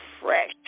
fresh